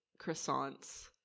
croissants